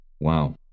Wow